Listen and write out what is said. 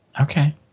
Okay